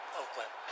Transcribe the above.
Oakland